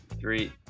Three